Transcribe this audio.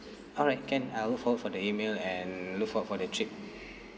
alright can I'll look forward for the email and look forward for the trip